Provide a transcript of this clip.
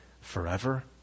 forever